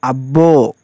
అబ్బో